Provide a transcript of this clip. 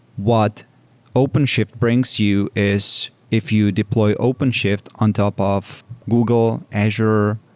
what openshift brings you is if you deploy openshift on top of google, azure,